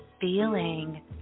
Feeling